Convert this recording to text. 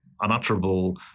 unutterable